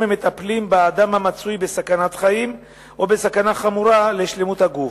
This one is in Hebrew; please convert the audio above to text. מטפלים באדם המצוי בסכנת חיים או בסכנה חמורה לשלמות הגוף,